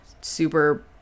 super